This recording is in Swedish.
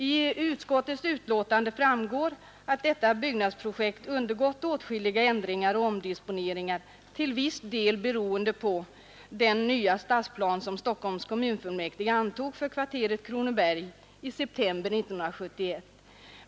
Av utskottets utlåtande framgår att detta byggnadsprojekt undergått åtskilliga ändringar och omdisponeringar, till viss del beroende på den nya stadsplan som Stockholms kommunfullmätige antog för kvarteret Kronoberg i september 1971.